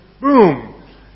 boom